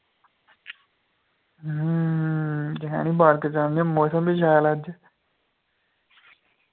जखैनी park जंदे आं मौसम बी शैल ऐ अज्ज